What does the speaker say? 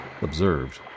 observed